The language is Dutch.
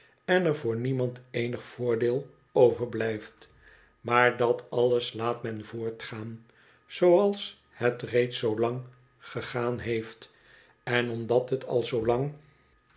en er voor niemand eenig voordeel overblijft maar dat alles laat men voortgaan zooals het reeds zoolang gegaan heeft en omdat het al